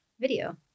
video